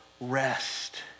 rest